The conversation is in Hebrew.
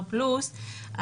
לא פלוס,